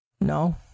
No